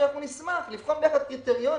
אנחנו נשמח לבחון ביחד קריטריונים,